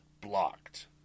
blocked